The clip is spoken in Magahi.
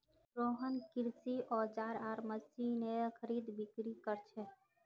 रोहन कृषि औजार आर मशीनेर खरीदबिक्री कर छे